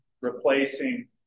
replacing